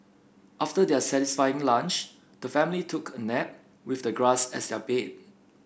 after their satisfying lunch the family took a nap with the grass as their bed